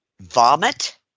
vomit